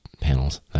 panels